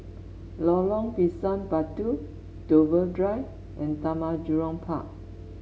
Lorong Pisang Batu Dover Drive and Taman Jurong Park